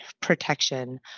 protection